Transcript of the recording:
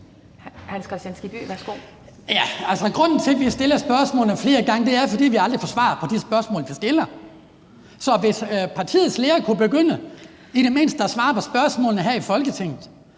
grunden til, at vi stiller spørgsmålene flere gange, er, at vi aldrig får svar på de spørgsmål, vi stiller. Så hvis partiets leder kunne begynde i det mindste at svare på spørgsmålene her i Folketinget,